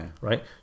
right